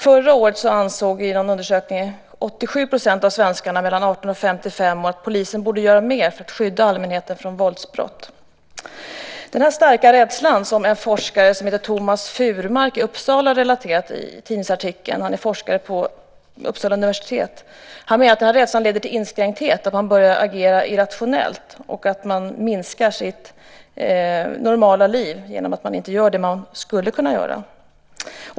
I en undersökning förra året ansåg 87 % av svenskarna mellan 18 och 55 år att polisen borde göra mer för att skydda allmänheten från våldsbrott. Denna starka rädsla har en forskare på Uppsala universitet som heter Tomas Furmark relaterat till i en tidningsartikel. Han menar att den här rädslan leder till inskränkthet, att man börjar agera irrationellt och att man minskar sitt normala liv genom att man inte gör det man skulle kunna göra.